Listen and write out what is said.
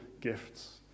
gifts